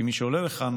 כי מי שעולה לכאן עם